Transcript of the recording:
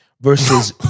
versus